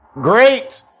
great